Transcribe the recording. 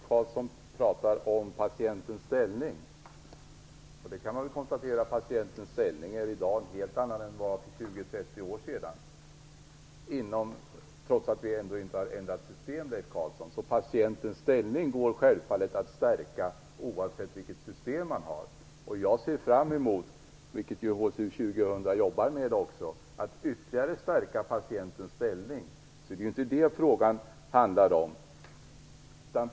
Herr talman! Leif Carlson talar om patientens ställning. Man kan konstatera att patientens ställning i dag är helt annan än vad den var för 20, 30 år sedan, trots att vi inte har ändrat system, Leif Carlson. Patientens ställning går självfallet att stärka oavsett vilket system man har. Jag ser fram emot - vilket HSU 2000 jobbar med i dag - att ytterligare stärka patientens ställning. Det är inte vad frågan handlar om.